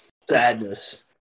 sadness